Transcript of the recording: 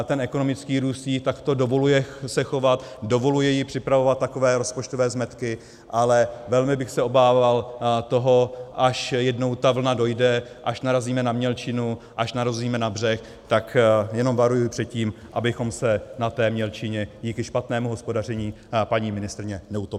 Ten ekonomický růst jí takto dovoluje se chovat, dovoluje jí připravovat takové rozpočtové zmetky, ale velmi bych se obával toho, až jednou ta vlna dojde, až narazíme na mělčinu, až narazíme na břeh, tak jenom varuji před tím, abychom se na té mělčině díky špatnému hospodaření paní ministryně neutopili.